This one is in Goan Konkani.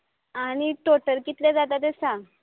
आनी टॉटल कितले जाता ते सांग